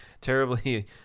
terribly